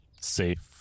safe